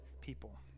people